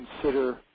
consider